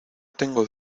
tengo